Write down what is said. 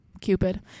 cupid